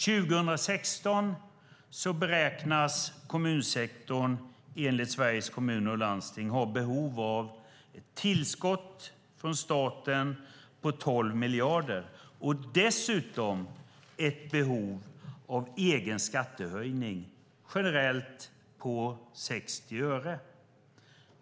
År 2016 beräknas kommunsektorn enligt Sveriges Kommuner och Landsting ha behov av tillskott från staten på 12 miljarder och dessutom ett behov av egen skattehöjning, generellt på 60 öre.